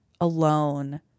alone